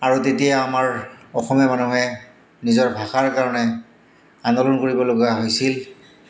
আৰু তেতিয়া আমাৰ অসমীয়া মানুহে নিজৰ ভাষাৰ কাৰণে আন্দোলন কৰিব লগা হৈছিল